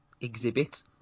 exhibit